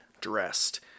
dressed